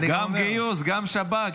גם גיוס, גם שב"כ.